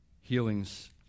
healings